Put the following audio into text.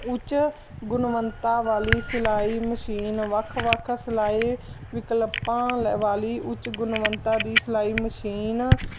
ਉੱਚ ਗੁਣਵਤਾ ਵਾਲੀ ਸਿਲਾਈ ਮਸ਼ੀਨ ਵੱਖ ਵੱਖ ਸਿਲਾਈ ਵਿਕਲਪਾਂ ਲ ਵਾਲੀ ਉੱਚ ਗੁਣਵਤਾ ਦੀ ਸਿਲਾਈ ਮਸ਼ੀਨ